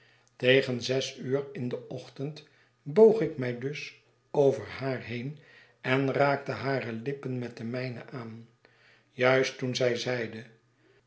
tegen zes uur in den ochtend boog ik mij dus over haar heen en raakte hare lippen met de mijne aan juist toen zij zeide